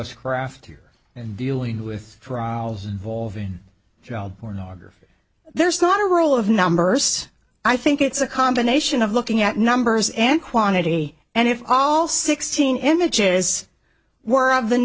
us craft here and dealing with trials valving child pornography there's not a role of numbers i think it's a combination of looking at numbers and quantity and if all sixteen images were of the